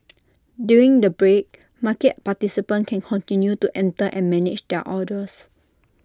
during the break market participants can continue to enter and manage their orders